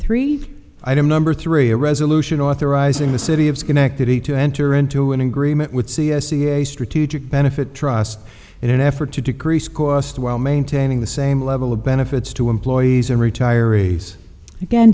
three item number three a resolution authorizing the city of schenectady to enter into an agreement with c s c a strategic benefit trust in an effort to decrease cost while maintaining the same level of benefits to employees and retirees again